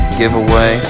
giveaway